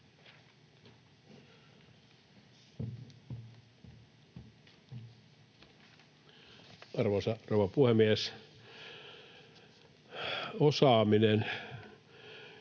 Arvoisa rouva puhemies! Suomen